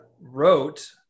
wrote